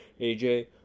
AJ